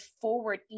forward